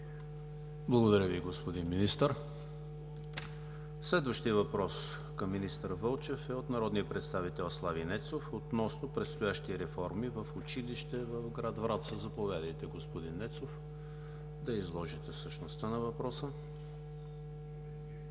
Благодаря Ви, господин Министър. Следващият въпрос към министър Вълчев е от народния представител Слави Нецов относно предстоящи реформи в училище в град Враца. Заповядайте, господин Нецов, да изложите същността на въпроса.